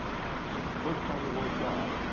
so the first time the world saw it,